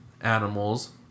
animals